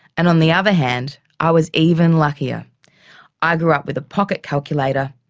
and on the other hand i was even luckier i grew up with a pocket calculator,